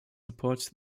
supports